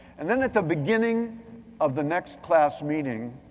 and then at the beginning of the next class meeting,